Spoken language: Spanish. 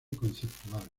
conceptual